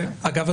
אגב,